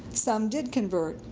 some did convert,